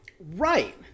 Right